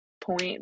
point